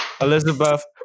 Elizabeth